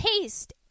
taste